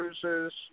Cruises